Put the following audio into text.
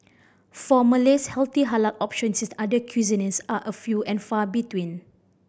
for Malays healthy halal options in other cuisines are a few and far between